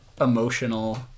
emotional